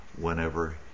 whenever